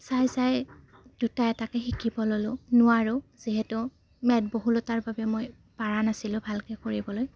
চাই চাই দুটা এটাকৈ শিকিব ল'লোঁ নোৱাৰোঁ যিহেতু মেদবহুলতাৰ বাবে মই পাৰা নাছিলোঁ ভালকৈ কৰিবলৈ